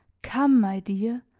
come, my dear,